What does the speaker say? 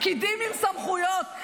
פקידים עם סמכויות.